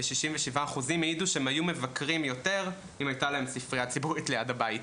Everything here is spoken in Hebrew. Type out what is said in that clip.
ו-67% העידו שהם היו מבקרים יותר אם הייתה להם ספריה ציבורית ליד הבית.